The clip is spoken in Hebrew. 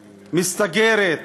מסתגרת,